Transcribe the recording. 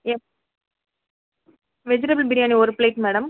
எப் வெஜிடபுள் பிரியாணி ஒரு plate madam